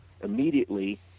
immediately